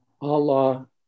Allah